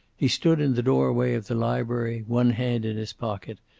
he stood in the doorway of the library, one hand in his pocket,